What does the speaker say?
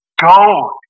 Go